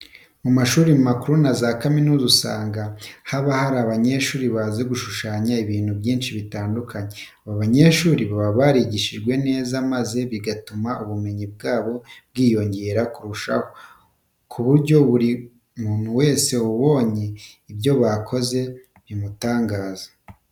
Mu mashuri makuru na za kaminuza usanga haba hari abanyeshuri bazi gushushanya ibintu byinshi bitandukanye. Aba banyeshuri baba barigishijwe neza maze bigatuma ubumenyi bwabo bwiyongera kurushaho ku buryo buri muntu wese ubonye ibyo bakoze bimutangaza.